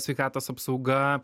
sveikatos apsauga